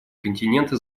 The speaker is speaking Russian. континенты